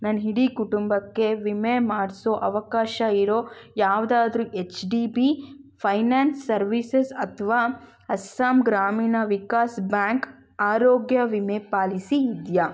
ನನ್ನ ಇಡೀ ಕುಟುಂಬಕ್ಕೆ ವಿಮೆ ಮಾಡಿಸೋ ಅವಕಾಶ ಇರೋ ಯಾವುದಾದ್ರು H D B finance services ಅಥವಾ ಅಸ್ಸಾಂ ಗ್ರಾಮೀಣ ವಿಕಾಸ್ ಬ್ಯಾಂಕ್ ಆರೋಗ್ಯ ವಿಮೆ ಪಾಲಿಸಿ ಇದೆಯಾ